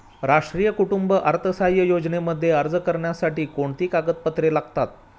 राष्ट्रीय कुटुंब अर्थसहाय्य योजनेमध्ये अर्ज करण्यासाठी कोणती कागदपत्रे लागतात?